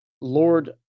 Lord